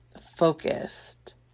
focused